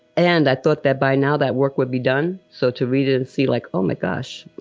and i thought that by now, that work would be done. so to read it and see, like, oh, my gosh,